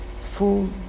full